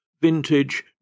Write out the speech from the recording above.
Vintage